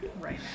right